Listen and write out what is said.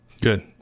Good